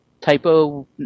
typo